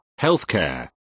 healthcare